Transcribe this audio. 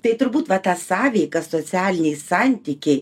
tai turbūt va tą sąveiką socialiniai santykiai